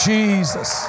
Jesus